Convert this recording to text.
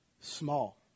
small